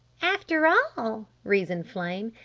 after all, reasoned flame,